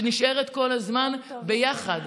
שנשארת כל הזמן ביחד.